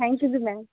thank you ji ma'am